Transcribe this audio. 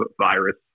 virus